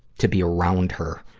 to be around her,